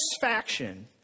satisfaction